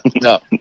No